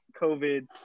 COVID